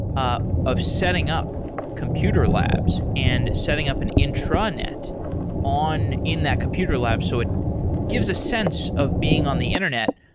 ah of setting up computer labs and setting up an intranet on in that computer lab, so it gives a sense of being on the internet,